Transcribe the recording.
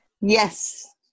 Yes